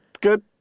good